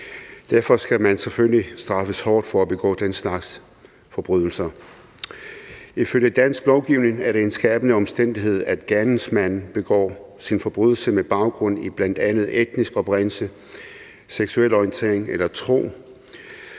Derfor skal man selvfølgelig straffes hårdt for at begå den slags forbrydelser. Ifølge dansk lovgivning er det en skærpende omstændighed, at gerningsmanden begår sin forbrydelse med baggrund i bl.a. etnisk oprindelse, seksuel orientering eller tro,